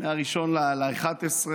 מ-1 בנובמבר